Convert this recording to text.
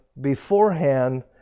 beforehand